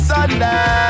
Sunday